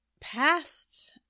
past